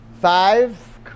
Five